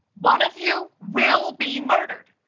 one of you will be murdered.